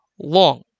long